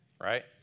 right